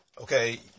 Okay